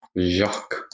Jacques